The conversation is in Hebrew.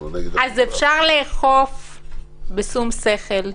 אז אפשר לאכוף בשום שכל.